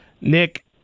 Nick